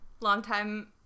longtime